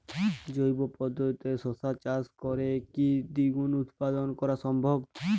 জৈব পদ্ধতিতে শশা চাষ করে কি দ্বিগুণ উৎপাদন করা সম্ভব?